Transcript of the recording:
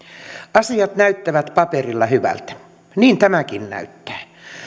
asiat näyttävät paperilla hyviltä niin tämäkin näyttää